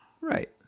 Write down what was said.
right